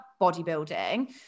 bodybuilding